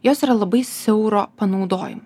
jos yra labai siauro panaudojimo